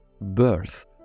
birth